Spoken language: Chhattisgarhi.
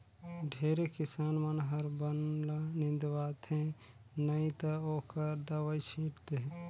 ढेरे किसान मन हर बन ल निंदवाथे नई त ओखर दवई छींट थे